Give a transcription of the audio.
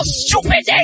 stupid